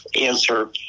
answer